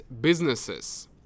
businesses